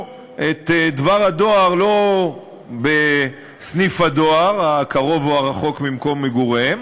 את דבר הדואר לא בסניף הדואר הקרוב או הרחוק ממקום מגוריהם,